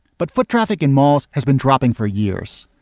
but foot traffic in malls has been dropping for years.